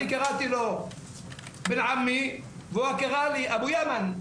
אני קראתי לו איבן עמי והוא קרא אבו ימן.